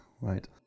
Right